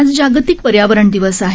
आज जागतिक पर्यावरण दिवस आहे